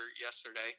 yesterday